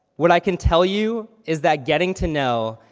what i can tell you is that getting to know,